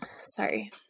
Sorry